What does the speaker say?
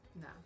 no